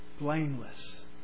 blameless